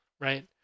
right